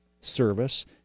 service